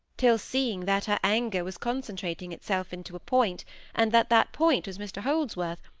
till, seeing that her anger was concentrating itself into a point, and that that point was mr holdsworth,